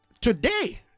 Today